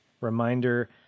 reminder